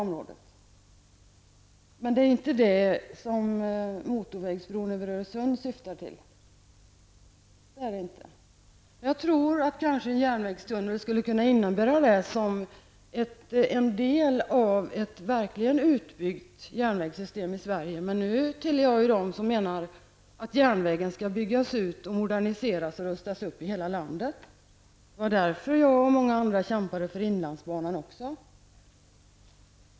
Men det är inte det som motorvägsbron över Öresund syftar till -- det är det inte. Jag tror att en järnvägstunnel, som en del av ett verkligt utbyggt järnvägssystem i Sverige, skulle kunna innebära det. Men nu tillhör jag ju dem som menar att järnvägen skall byggas ut, moderniseras och rustas upp i hela landet. Det var därför jag och många andra kämpade för inlandsbanan också.